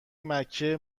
مکه